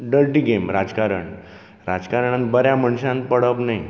दटी game राजकारण राजकारणांत बऱ्या मनशान पडप नी